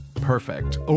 Perfect